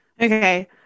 Okay